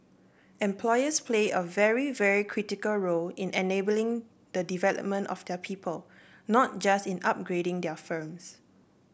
employers play a very very critical role in enabling the development of their people not just in upgrading their firms